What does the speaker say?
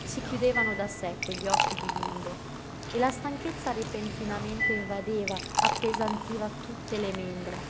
si chiudevano da sé quegli occhi di bimbo e la stanchezza repentinamente invadeva appesantiva tutte le membra